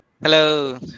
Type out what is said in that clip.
hello